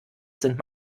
sind